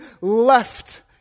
left